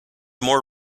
more